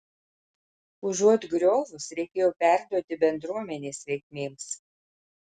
užuot griovus reikėjo perduoti bendruomenės reikmėms